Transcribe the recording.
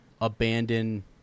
abandon